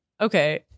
okay